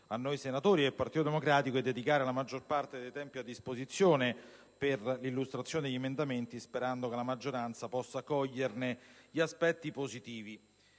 a noi senatori e al Gruppo del Partito Democratico di dedicare la maggior parte del tempo a disposizione per l'illustrazione degli emendamenti, nella speranza che la maggioranza possa coglierne gli aspetti positivi.